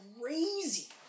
crazy